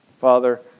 Father